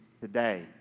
today